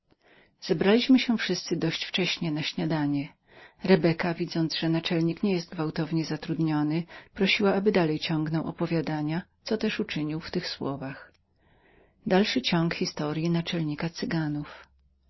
zebraliśmy się wszyscy dość wcześnie na śniadanie rebeka widząc że naczelnik nie był gwałtownie zatrudnionym prosiła aby dalej ciągnął opowiadanie co też uczynił w tych słowach w istocie